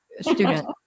student